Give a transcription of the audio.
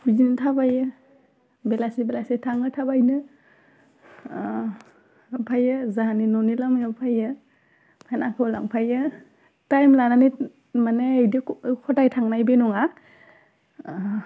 बिदिनो थाबायो बेलासि बेलासि थाङो थाबायनो ओमफ्राय जोंहानि न'नि लामायाव फैयो हेनाखौ लांफैयो टाइम लानानै माने बिदि हदाय थांनाय बे नङा